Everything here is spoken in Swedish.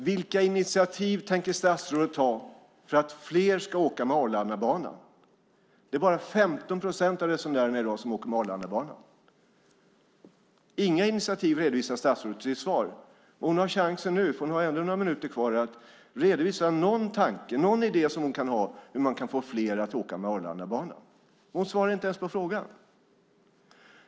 Vilka initiativ tänker statsrådet ta för att fler ska åka med Arlandabanan? Det är bara 15 procent av resenärerna som åker med Arlandabanan. Statsrådet redovisar inga initiativ i sitt svar. Hon har fortfarande chansen för hon har några minuter kvar att redovisa någon tanke och idé om hur man ska få fler att åka med Arlandabanan. Hon svarar inte ens på frågan.